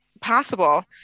possible